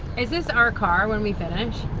is this our car when we finish?